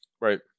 right